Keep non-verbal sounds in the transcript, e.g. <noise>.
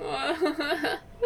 <laughs>